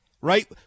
right